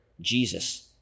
Jesus